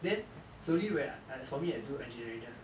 then slowly when as for me I do engineering just